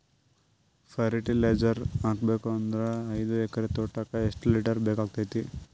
Fertiliser ಹಾಕಬೇಕು ಅಂದ್ರ ಐದು ಎಕರೆ ತೋಟಕ ಎಷ್ಟ ಲೀಟರ್ ಬೇಕಾಗತೈತಿ?